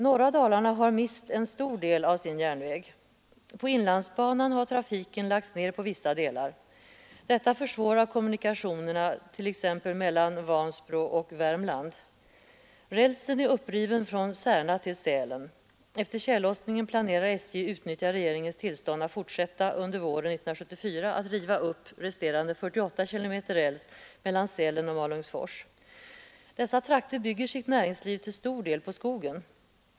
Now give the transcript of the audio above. Norra Dalarna har mist en stor del av sin järnväg. På inlandsbanan har trafiken lagts ned på vissa delar. Detta försvårar kommunikationerna mellan t.ex. Vansbro och Värmland. Rälsen är uppriven från Särna till Sälen. SJ planerar att efter tjällossningen utnyttja regeringens tillstånd och fortsätta under våren 1974 att riva upp resterande 48 km räls mellan Sälen och Malungsfors. Dessa trakter bygger sitt näringsliv till stor del på skogen.